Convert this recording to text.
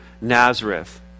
Nazareth